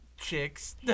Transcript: Chicks